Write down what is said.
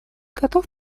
готов